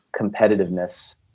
competitiveness